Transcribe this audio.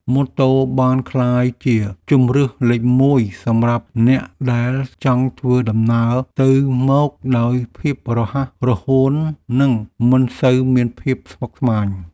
ម៉ូតូបានក្លាយជាជម្រើសលេខមួយសម្រាប់អ្នកដែលចង់ធ្វើដំណើរទៅមកដោយភាពរហ័សរហួននិងមិនសូវមានភាពស្មុគស្មាញ។